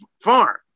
farm